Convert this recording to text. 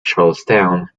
charlestown